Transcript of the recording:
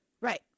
Right